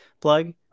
plug